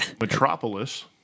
Metropolis